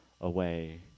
away